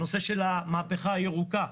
הנושא של המהפכה הירוקה,